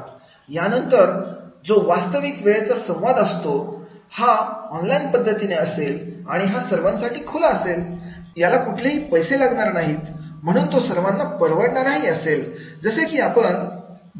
त्यानंतर जो वास्तविक वेळेचा संवाद असतो हा ऑनलाईन पद्धतीने असेल आणि हा सर्वांसाठी खुला असेल याला कुठलेही पैसे लागणार नाहीत म्हणून तो सर्वांना परवडणार असेल जसे की आपण